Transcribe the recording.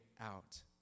out